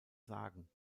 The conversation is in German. sagen